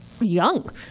young